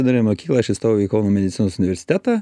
vidurinę mokyklą aš įstojau į kauno medicinos universitetą